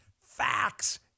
Facts